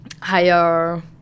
higher